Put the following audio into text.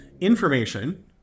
information